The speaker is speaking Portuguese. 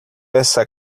essa